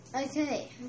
Okay